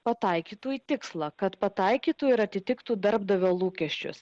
pataikytų į tikslą kad pataikytų ir atitiktų darbdavio lūkesčius